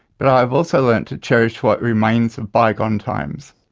but i have also learnt to cherish what remains of bygone times.